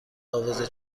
حافظه